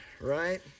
right